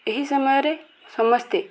ଏହି ସମୟରେ ସମସ୍ତେ